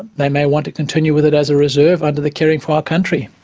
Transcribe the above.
they may want to continue with it as a reserve under the caring for our country.